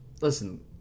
Listen